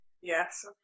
Yes